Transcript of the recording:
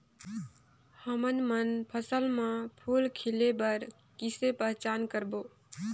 हमन मन फसल म फूल खिले बर किसे पहचान करबो?